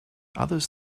others